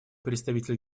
представитель